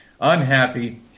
unhappy